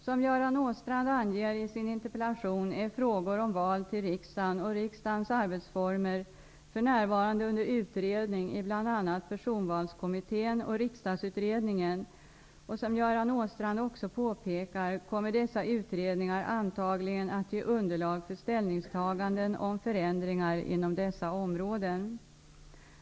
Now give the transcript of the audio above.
Som Göran Åstrand anger i sin interpellation är frågor om val till riksdagen och riksdagens arbetsformer för närvarande under utredning i bl.a. Personvalskommittén och Riksdagsutredningen, och som Göran Åstrand också påpekar kommer dessa utredningar antagligen att ge underlag för ställningstaganden om förändringar inom dessa områden.